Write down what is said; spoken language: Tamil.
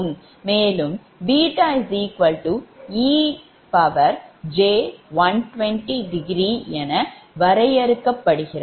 மேலும் ej120°என வரையறுக்கப்படுகிறது